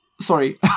sorry